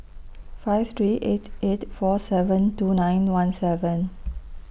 five three eight eight four seven two nine one seven